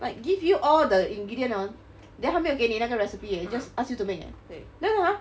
like give you all the ingredient hor then 他没有给你那个 recipe leh just ask you to make leh then how